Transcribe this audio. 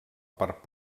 part